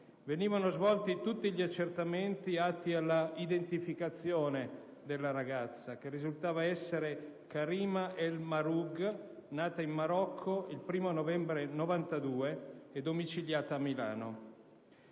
venivano svolti tutto gli accertamenti atti all'identificazione della ragazza, che risultava essere Karima el Mahroug, nata in Marocco il 1° novembre 1992 e domiciliata a Milano.